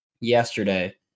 yesterday